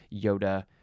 Yoda